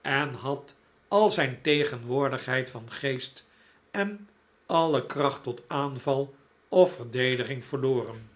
en had al zijn tegenwoordigheid van geest en alle kracht tot aanval of verdediging verloren